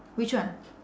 which one